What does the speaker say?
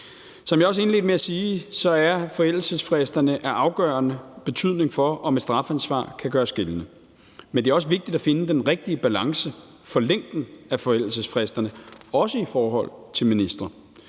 Som jeg også indledte med at sige, er forældelsesfristerne af afgørende betydning for, om et strafansvar kan gøres gældende. Men det er også vigtigt at finde den rigtige balance for længden af forældelsesfristerne, også i forhold til ministre.